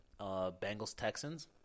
Bengals-Texans